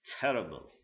terrible